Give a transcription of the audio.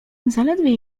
zaledwie